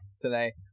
today